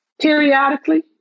periodically